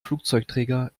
flugzeugträger